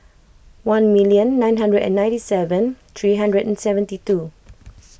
one million nine hundred and ninety seven three hundred and seventy two